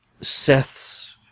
Seth's